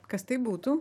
kas tai būtų